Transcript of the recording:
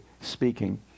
speaking